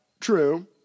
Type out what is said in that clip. true